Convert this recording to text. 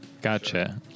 Gotcha